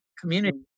community